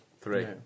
Three